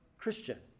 Christian